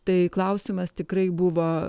tai klausimas tikrai buvo